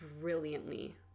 brilliantly